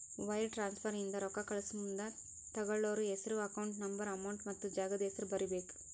wire transfer ಇಂದ ರೊಕ್ಕಾ ಕಳಸಮುಂದ ತೊಗೋಳ್ಳೋರ್ ಹೆಸ್ರು ಅಕೌಂಟ್ ನಂಬರ್ ಅಮೌಂಟ್ ಮತ್ತ ಜಾಗದ್ ಹೆಸರ ಬರೇಬೇಕ್